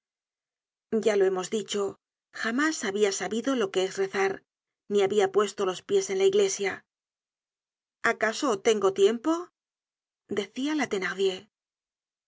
ya lo hemos dicho jamás habia sabido lo que es rezar ni habia puesto los pies en la iglesia acaso tengo tiempo decia la